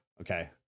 okay